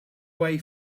way